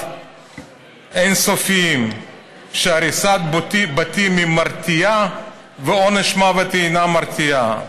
אין-סופיות שהריסת בתים מרתיעה ועונש מוות אינו מרתיע.